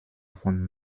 vom